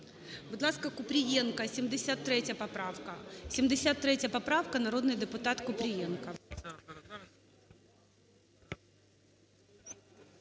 Будь ласка, Купрієнко, 73 поправка. 73 поправка, народний депутатКупрієнко.